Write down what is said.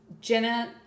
Jenna